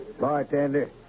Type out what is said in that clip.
Bartender